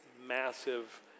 massive